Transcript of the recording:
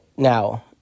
Now